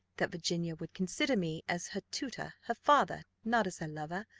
that virginia would consider me as her tutor, her father, not as her lover,